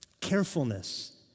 carefulness